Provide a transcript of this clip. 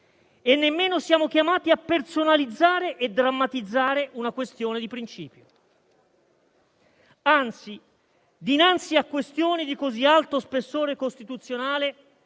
e nemmeno siamo chiamati a personalizzare e drammatizzare una questione di principio, anzi dinanzi a questioni di così alto spessore costituzionale